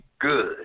good